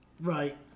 right